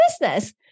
business